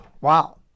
Wow